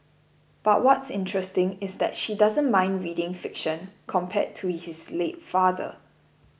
but what's interesting is that she doesn't mind reading fiction compared to his late father